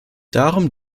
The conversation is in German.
darum